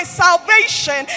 salvation